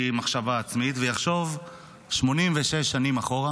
מחשבה עצמית ויחשוב 86 שנים אחורה.